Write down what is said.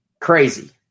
crazy